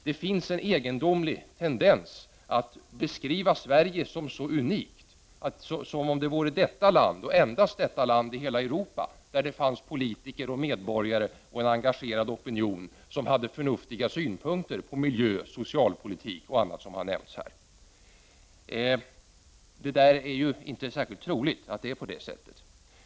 Det finns en egendomlig tendens att beskriva Sverige som unikt, som om det vore detta land och endast detta land i hela Europa som hade politiker, medborgare och en engagerad opinion som hade förnuftiga synpunkter på miljö, socialpolitik och annat som har nämnts här. Det är ju inte särskilt troligt att det är på det sättet.